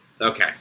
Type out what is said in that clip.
Okay